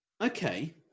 Okay